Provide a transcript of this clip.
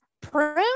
prune